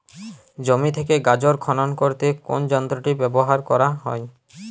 জমি থেকে গাজর খনন করতে কোন যন্ত্রটি ব্যবহার করা হয়?